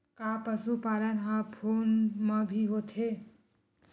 का पशुपालन ह फोन म भी होथे?